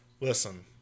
Listen